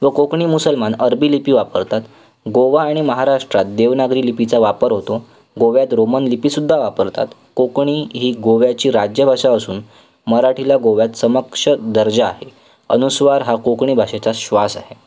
व कोकणी मुसलमान अरबी लिपी वापरतात गोवा आणि महाराष्ट्रात देवनागरी लिपीचा वापर होतो गोव्यात रोमन लिपीसुद्धा वापरतात कोकणी ही गोव्याची राज्यभाषा असून मराठीला गोव्यात समक्ष दर्जा आहे अनुस्वार हा कोकणी भाषेचा श्वास आहे